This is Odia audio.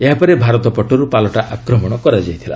ଏହାପରେ ଭାରତ ପଟରୁ ପାଲଟା ଆକ୍ରମଣ କରାଯାଇଥିଲା